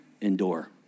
endure